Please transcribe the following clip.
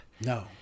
No